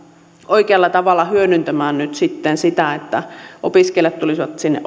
oikealla tavalla hyödyntämään sitä että opiskelijat tulisivat sinne